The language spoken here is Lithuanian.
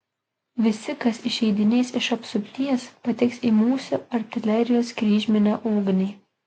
visi kas išeidinės iš apsupties pateks į mūsų artilerijos kryžminę ugnį